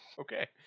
Okay